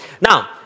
Now